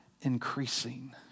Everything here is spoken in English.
increasing